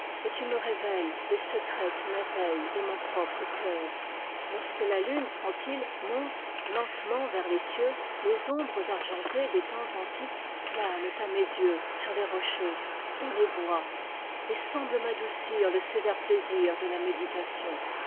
et tu me revêtes les secrètes merveilles de mon propre cœur lorsque la lune tranquille monte lente ment vers les cieux les ombres argentées des temps antiques planent à mes yeux sur les rochers dans les bois et semblent m'adoucir le sévère plaisir de la méditation